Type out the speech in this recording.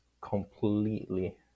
completely